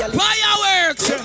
fireworks